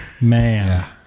Man